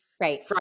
Right